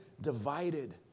divided